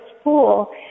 school